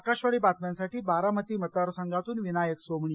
आकाशवाणी बातम्यांसाठी बारामती मतदार संघातून विनायक सोमणी